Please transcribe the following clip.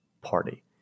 party